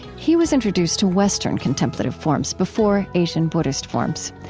he was introduced to western contemplative forms before asian buddhist forms.